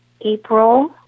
April